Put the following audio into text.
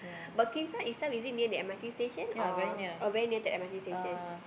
but Queenstown itself is it near the M_R_T station or very near the M_R_T station